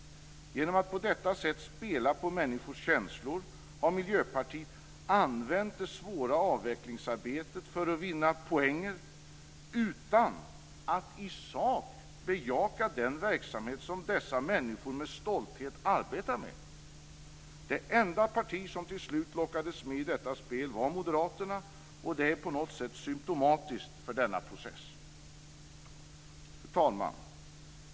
Genom att på detta sätt spela på människors känslor har Miljöpartiet använt det svåra avvecklingsarbetet för att vinna poänger, utan att i sak bejaka den verksamhet som dessa människor med stolthet arbetar med. Det enda parti som till slut lockades med i detta spel var Moderaterna, och det är på något sätt symtomatiskt för denna process. Fru talman!